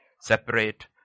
separate